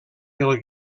del